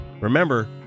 remember